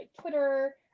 Twitter